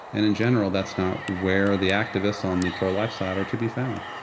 and in general that's not where the activists on the pro-life side are to be found.